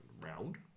round